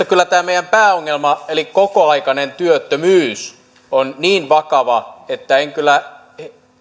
kyllä tämä meidän pääongelmamme eli kokoaikainen työttömyys on niin vakava että en kyllä